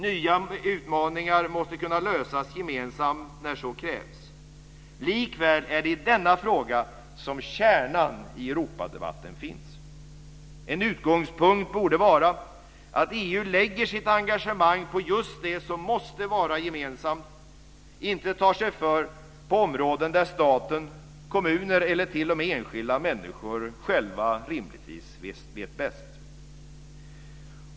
Nya utmaningar måste kunna lösas gemensamt när så krävs. Likväl är det i denna fråga som kärnan i Europadebatten finns. En utgångspunkt borde vara att EU lägger sitt engagemang på just det som måste vara gemensamt och inte tar sig för på områden där staten, kommuner eller t.o.m. enskilda människor själva rimligtvis vet bäst.